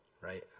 right